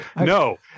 No